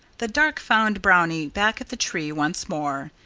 the dark found brownie back at the tree once more.